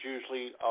usually